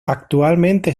actualmente